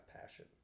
passion